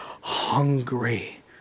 hungry